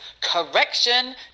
Correction